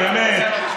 באמת,